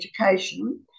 education